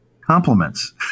compliments